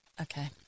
Okay